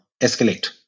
escalate